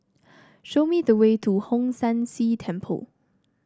show me the way to Hong San See Temple